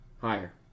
Higher